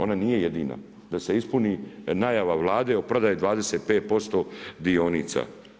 Ona nije jedina, da se ispuni najava Vlade, o prodaji 25% dionica.